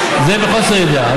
זה בחוסר ידיעה.